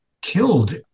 killed